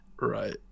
Right